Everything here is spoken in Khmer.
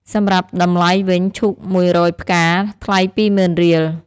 សម្រាប់តម្លៃវិញ ឈូក១០០ផ្កា ថ្លៃ២ម៉ឺនរៀល ។